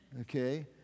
okay